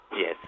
Yes